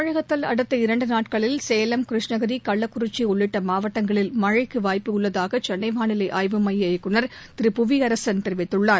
தமிழகத்தில் அடுத்த இரண்டுநாட்களில் கேலம் கிருஷ்ணகிரி கள்ளக்குறிச்சிஉள்ளிட்டமாவட்டங்களில் மழைக்குவாய்ப்புள்ளதாகசென்னைவாளிலைஆய்வு மைய இயக்குநர் திரு புவியரசன் தெரிவித்துள்ளார்